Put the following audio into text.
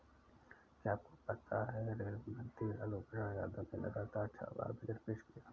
क्या आपको पता है रेल मंत्री लालू प्रसाद यादव ने लगातार छह बार बजट पेश किया?